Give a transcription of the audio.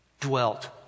dwelt